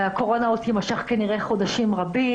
והקורונה תימשך עוד חודשים רבים,